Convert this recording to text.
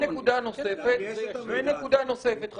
נקודה נוספת.